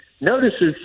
notices